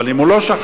אבל אם הוא לא שכח,